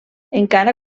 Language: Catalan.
encara